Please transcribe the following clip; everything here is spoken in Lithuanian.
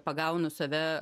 pagaunu save